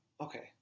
okay